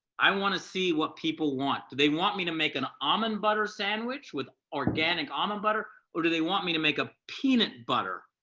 i wanna see what people want. do they want me to make an almond butter sandwich with organic almond butter, or do they want me to make a peanut butter?